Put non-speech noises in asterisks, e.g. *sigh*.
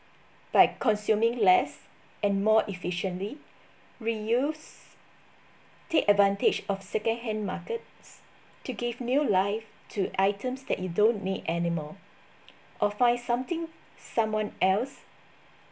by consuming less and more efficiently reuse take advantage of second hand markets to give new life to items that you don't need anymore *noise* or find something someone else